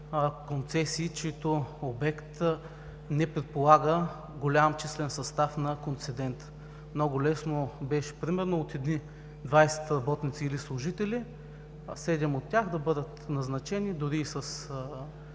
концесии, чийто обект не предполага голям числен състав на концедента. Много лесно беше примерно от едни 20 работници или служители, 7 от тях да бъдат назначени дори с